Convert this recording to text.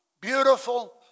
beautiful